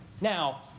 Now